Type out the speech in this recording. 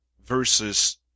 versus